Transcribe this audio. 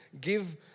give